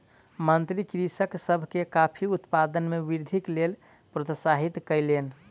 मंत्री कृषक सभ के कॉफ़ी उत्पादन मे वृद्धिक लेल प्रोत्साहित कयलैन